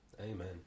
Amen